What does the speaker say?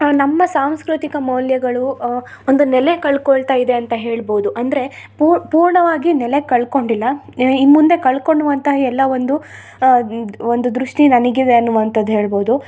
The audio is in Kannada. ನಮ್ಮ ಸಾಂಸ್ಕೃತಿಕ ಮೌಲ್ಯಗಳು ಒಂದು ನೆಲೆ ಕಳ್ಕೊಳ್ತಾ ಇದೆ ಅಂತ ಹೇಳ್ಬೌದು ಅಂದರೆ ಪೂರ್ಣವಾಗಿ ನೆಲೆ ಕಳ್ಕೊಂಡಿಲ್ಲ ಇನ್ನು ಮುಂದೆ ಕಳ್ಕೊಳ್ಳುವಂಥ ಎಲ್ಲ ಒಂದು ಒಂದು ದೃಷ್ಟಿ ನನಗಿದೆ ಅನ್ನುವಂಥದ್ದು ಹೇಳ್ಬೌದು